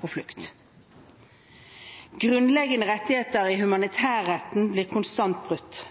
på flukt. Grunnleggende rettigheter i humanitærretten blir konstant brutt.